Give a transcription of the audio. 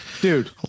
Dude